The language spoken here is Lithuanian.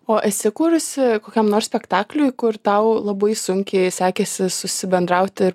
o esi kūrusi kokiam nors spektakliui kur tau labai sunkiai sekėsi susibendrauti ir